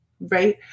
right